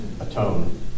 atone